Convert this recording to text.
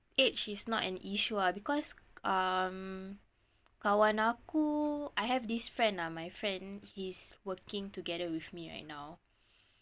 age is not an issue ah because um kawan aku I have this friend ah my friend he's working together with me right now